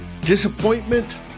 Disappointment